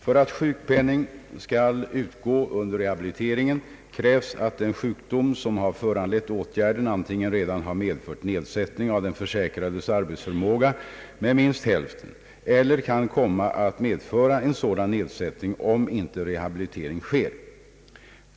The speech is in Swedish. För att sjukpenning skall utgå under rehabiliteringen krävs att den sjukdom som har föranlett åtgärden antingen redan har medfört nedsättning av den försäkrades arbetsförmåga med minst hälften eller kan komma att medföra en sådan nedsättning om inte rehabilitering sker.